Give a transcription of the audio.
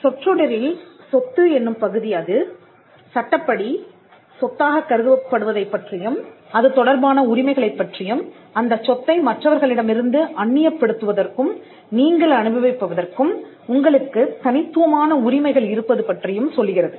சொற்றொடரின் சொத்து என்னும் பகுதி அது சட்டப்படி சொத்தாகக் கருதப்படுவதைப்பற்றியும் அதுதொடர்பான உரிமைகளைப் பற்றியும்அந்தச் சொத்தை மற்றவர்களிடமிருந்து அந்நியப் படுத்துவதற்கும் நீங்கள் அனுபவிப்பதற்கும் உங்களுக்குத் தனித்துவமான உரிமைகள் இருப்பது பற்றியும் சொல்லுகிறது